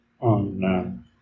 on